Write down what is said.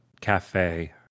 cafe